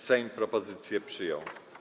Sejm propozycję przyjął.